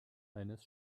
eines